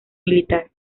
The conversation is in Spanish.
militar